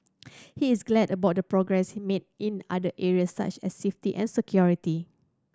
he is glad about the progress made in other area such as safety and security